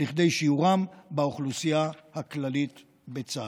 עד כדי שיעורם באוכלוסייה הכללית בצה"ל.